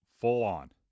full-on